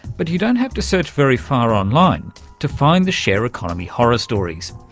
but you don't have to search very far online to find the share economy horror stories,